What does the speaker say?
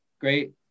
great